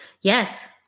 Yes